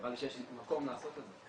נראה לי שיש מקום לעשות את זה.